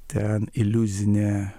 ten iliuzinė